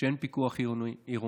שאין בהם פיקוח עירוני,